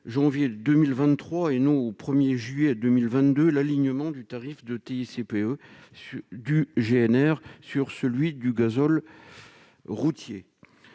janvier 2023 et non au 1 juillet 2022 l'alignement du tarif de TICPE applicable au GNR sur celui du gazole routier.